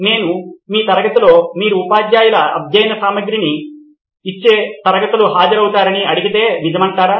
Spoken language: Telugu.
నేను మీ తరగతిలో మీరు ఉపాధ్యాయులు అధ్యయన సామగ్రిని ఇచ్చే తరగతులకు హాజరవుతారని అడిగితే నిజమంటారా